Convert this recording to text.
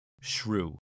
shrew